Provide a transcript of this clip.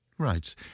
Right